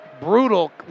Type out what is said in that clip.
brutal